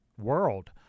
world